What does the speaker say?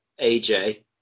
AJ